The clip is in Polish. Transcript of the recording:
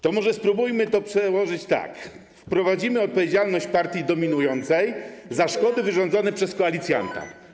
To może spróbujmy to przełożyć tak: wprowadzimy odpowiedzialność partii dominującej za szkody wyrządzone przez koalicjanta.